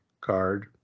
card